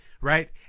right